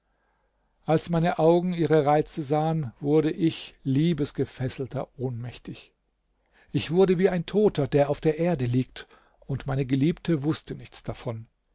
als meine augen ihre reize sahen wurde ich liebesgefesselter ohnmächtig ich wurde wie ein toter der auf der erde liegt und meine geliebte wußte nichts davon